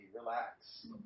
Relax